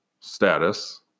status